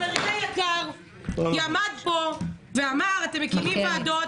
חברי היקר עמד פה ואמר: אתם מקימים ועדות.